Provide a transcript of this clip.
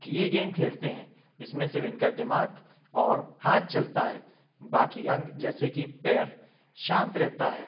कि ये गेम खेलते हैं इसमें सिर्फ़ इनका दिमाग़ और हाथ चलता है बाक़ी अंग जैसे कि पैर शांत रहते हैं